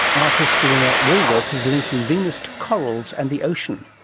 artist lynette wallworth is linking venus to corals and the ocean.